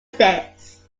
stairs